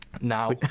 Now